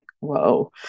whoa